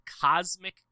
Cosmic